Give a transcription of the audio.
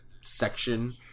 section